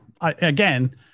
again